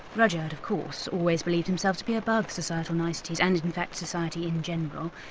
rudyard, of course, always believed himself to be above societal niceties and, in fact, society in general.